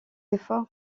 efforts